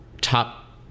top